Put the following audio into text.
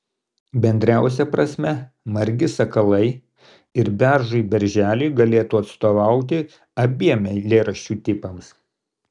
bendriausia prasme margi sakalai ir beržui berželiui galėtų atstovauti abiem eilėraščių tipams